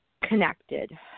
connected